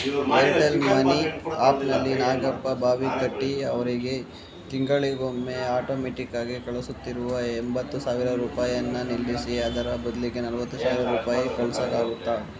Airtel money ಆ್ಯಪ್ನಲ್ಲಿ ನಾಗಪ್ಪ ಬಾವಿಕಟ್ಟಿ ಅವರಿಗೆ ತಿಂಗಳಿಗೊಮ್ಮೆ ಆಟೋಮೆಟ್ಟಿಕ್ಕಾಗಿ ಕಳಿಸುತ್ತಿರುವ ಎಂಬತ್ತು ಸಾವಿರ ರೂಪಾಯನ್ನು ನಿಲ್ಲಿಸಿ ಅದರ ಬದಲಿಗೆ ನಲವತ್ತು ಸಾವಿರ ರೂಪಾಯಿ ಕಳ್ಸೋಕ್ಕಾಗುತ್ತಾ